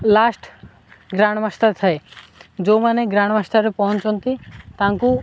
last grand master ଥାଏ ଯେଉଁମାନେ grand ମାଷ୍ଟର୍ରେ ପହଞ୍ଚନ୍ତି ତାଙ୍କୁ